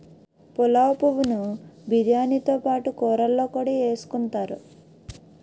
పులావు పువ్వు ను బిర్యానీతో పాటు కూరల్లో కూడా ఎసుకుంతారు